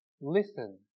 Listen